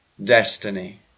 Destiny